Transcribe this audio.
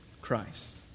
Christ